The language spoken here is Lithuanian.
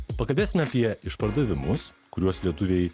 pakalbėsime apie išpardavimus kuriuos lietuviai